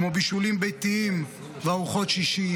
כמו בישולים ביתיים וארוחות שישי,